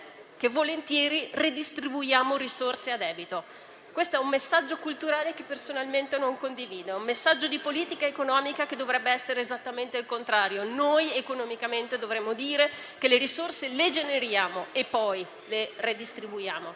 che volentieri redistribuiamo risorse a debito. Questo è un messaggio culturale che personalmente non condivido, un messaggio di politica economica che dovrebbe essere esattamente il contrario: noi economicamente dovremmo dire che le risorse le generiamo e poi le redistribuiamo.